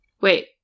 wait